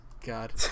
God